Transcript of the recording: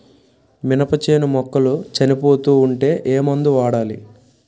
మినప చేను మొక్కలు చనిపోతూ ఉంటే ఏమందు వాడాలి?